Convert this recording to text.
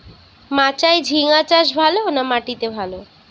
মাচায় ঝিঙ্গা চাষ ভালো না মাটিতে ভালো?